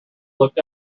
looked